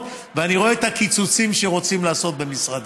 ואני רואה את הקיצוצים שרוצים לעשות במשרדי.